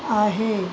आहे